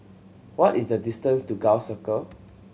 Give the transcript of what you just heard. what is the distance to Gul Circle